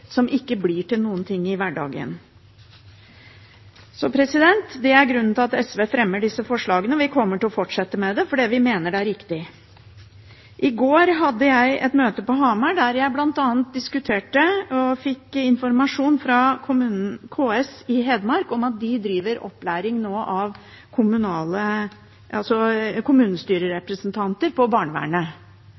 som ikke blir til noen ting i hverdagen. Det er grunnen til at SV fremmer disse forslagene, og vi kommer til å fortsette med det, fordi vi mener det er riktig. I går hadde jeg et møte på Hamar der jeg bl.a. diskuterte og fikk informasjon fra KS i Hedmark om at de nå driver opplæring av kommunestyrerepresentanter på barnevernet.